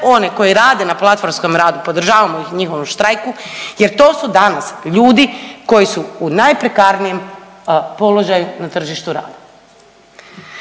one koji rade na platformskom radu podržavamo ih u njihovom štrajku jer to su danas ljudi koji su u najprekarnijem položaju na tržištu rada.